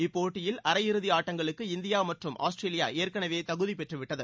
இப்போட்டியில் அரையிறுதி ஆட்டங்களுக்கு இந்தியா மற்றும் ஆஸ்திரேலியா ஏற்கெனவே தகுதிப் பெற்றுவிட்டது